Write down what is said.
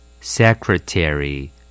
Secretary